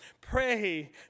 pray